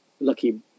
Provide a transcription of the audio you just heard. lucky